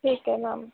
ਠੀਕ ਹੈ ਮੈਮ